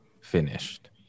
finished